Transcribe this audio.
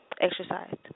exercise